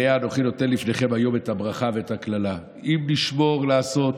"ראה אנכי נתן לפניכם היום ברכה וקללה" אם נשמור לעשות